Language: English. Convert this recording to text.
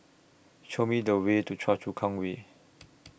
Show Me The Way to Choa Chu Kang Way